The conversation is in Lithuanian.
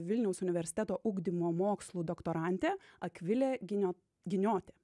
vilniaus universiteto ugdymo mokslų doktorantė akvilė ginio giniotė